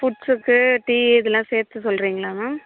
ஃபுட்ஸுக்கு tea இதெல்லாம் சேர்த்து சொல்கிறிங்களா மேம்